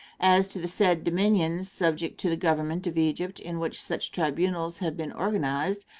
as to the said dominions subject to the government of egypt in which such tribunals have been organized,